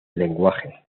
lenguaje